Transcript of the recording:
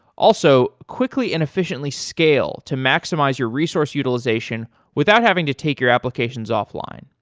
also, quickly and efficiently scale to maximize your resource utilization without having to take your applications off-line.